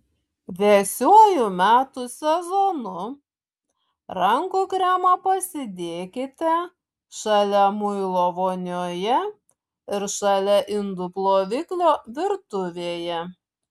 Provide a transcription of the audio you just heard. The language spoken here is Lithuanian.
vėsiuoju metų sezonu rankų kremą pasidėkite šalia muilo vonioje ir šalia indų ploviklio virtuvėje